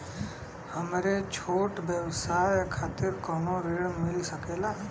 हमरे छोट व्यवसाय खातिर कौनो ऋण मिल सकेला?